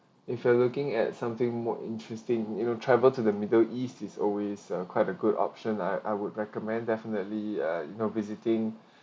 if you're looking at something more interesting you'll travel to the middle east is always a quite a good option like I would recommend definitely uh you know visiting